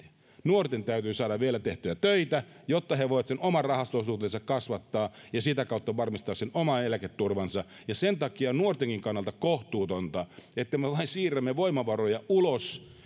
nuorten täytyy saada vielä tehdä töitä jotta he voivat sen oman rahasto osuutensa kasvattaa ja sitä kautta varmistaa sen oman eläketurvansa ja sen takia on nuortenkin kannalta kohtuutonta että me vain siirrämme voimavaroja ulos